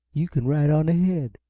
you can ride on ahead.